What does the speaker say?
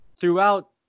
throughout